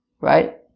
right